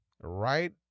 right